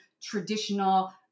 traditional